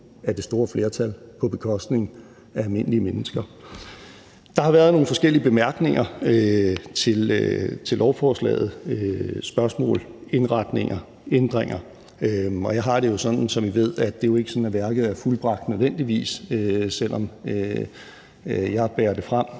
af det store flertal, på bekostning af almindelige mennesker. Der har været nogle forskellige bemærkninger til lovforslaget – spørgsmål, indretninger, ændringer. Jeg har det jo, som I ved, sådan, at værket ikke nødvendigvis er fuldbragt, selv om jeg bærer det frem